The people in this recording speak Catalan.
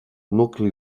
nucli